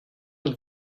êtes